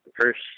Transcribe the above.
first